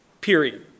Period